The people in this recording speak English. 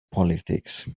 politics